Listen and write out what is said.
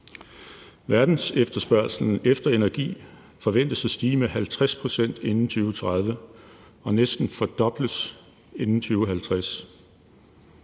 Verdensefterspørgslen efter energi forventes at stige med 50 pct. inden 2030 og næsten at fordobles inden 2050.